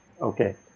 okay